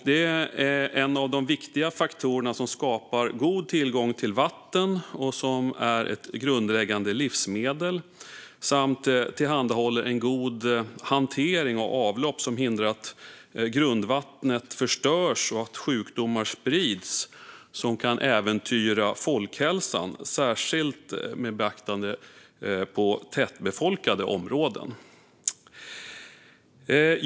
Det är en av de viktiga faktorer som skapar god tillgång till vatten som är ett grundläggande livsmedel samt tillhandahåller en god hantering av avlopp, som hindrar att grundvattnet förstörs och att sjukdomar sprids som kan äventyra folkhälsan, särskilt med beaktande av tätbefolkade områden.